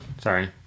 sorry